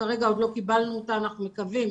שכרגע עוד לא קיבלנו אותה ואנחנו מקווים